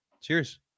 Cheers